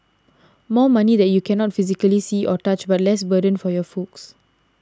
more money that you cannot physically see or touch but less burden for your folks